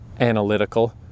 analytical